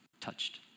touched